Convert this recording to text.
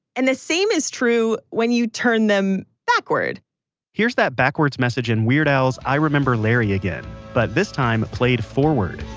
and the same is true when you turn them backward here's that backwards message in weird al's i remember larry. but this time played forward